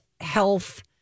health